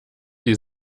die